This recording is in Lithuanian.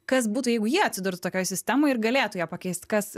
kas būtų jeigu jie atsidurs tokioj sistemoj ir galėtų ją pakeist kas